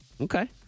Okay